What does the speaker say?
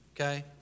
Okay